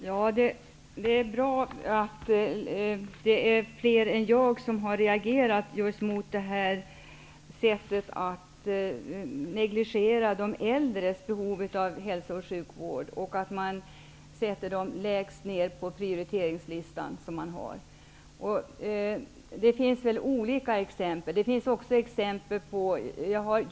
Herr talman! Det är bra att fler än jag har reagerat just mot detta sätt att negligera de äldres behov av hälso och sjukvård och sätta dem längst ned på prioriteringslistan. Det finns olika exempel på det. Det finns också exempel på motsatsen.